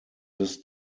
this